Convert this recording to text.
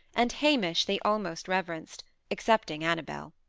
and hamish they almost reverenced excepting annabel.